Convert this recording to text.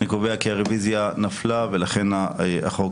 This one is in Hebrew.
הצבעה החוק